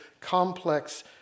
complex